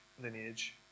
lineage